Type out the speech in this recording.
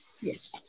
Yes